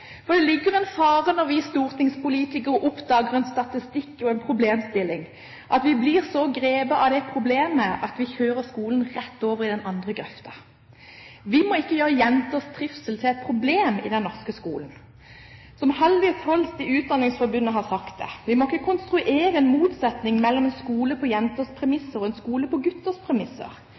For det ligger en fare i det at når vi stortingspolitikere oppdager en statistikk eller en problemstilling, blir vi så grepet av problemet at vi kjører skolen rett over i den andre grøfta. Vi må ikke gjøre jenters trivsel til et problem i den norske skolen, og som Haldis Holst i Utdanningsforbundet har sagt: «Vi må ikke konstruere en motsetning mellom en skole på jenters premisser og en skole på gutters premisser.»